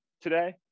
today